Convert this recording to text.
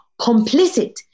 complicit